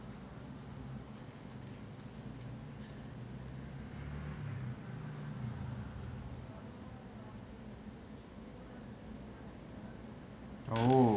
oo